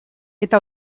eta